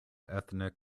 ethnic